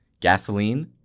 Gasoline